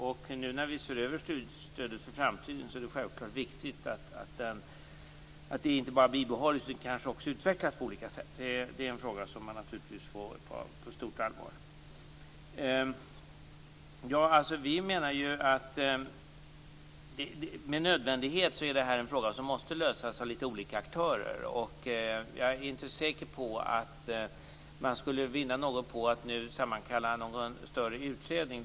När vi nu ser över studiestödet för framtiden är det självfallet viktigt att det inte bara bibehålls utan kanske också utvecklas på olika sätt. Det är en fråga som man naturligtvis får ta på stort allvar. Vi menar att detta med nödvändighet är en fråga som måste lösas av olika aktörer. Jag är inte säker på att man skulle vinna något på att nu sammankalla någon större utredning.